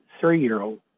three-year-old